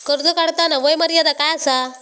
कर्ज काढताना वय मर्यादा काय आसा?